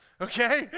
okay